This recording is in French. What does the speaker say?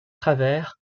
travers